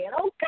okay